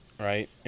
Right